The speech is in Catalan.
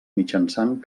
mitjançant